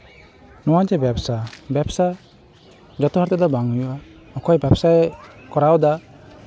ᱱᱚᱣᱟ ᱡᱮ ᱵᱮᱵᱽᱥᱟ ᱵᱮᱵᱽᱥᱟ ᱡᱚᱛᱚ ᱦᱚᱲ ᱛᱮᱫᱚ ᱵᱟᱝ ᱦᱩᱭᱩᱜᱼᱟ ᱚᱠᱚᱭ ᱵᱮᱵᱽᱥᱟᱭ ᱠᱚᱨᱟᱣᱫᱟ